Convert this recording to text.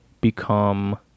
become